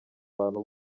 abantu